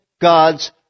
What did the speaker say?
gods